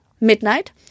midnight